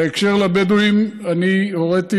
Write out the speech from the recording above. בהקשר של הבדואים אני הוריתי,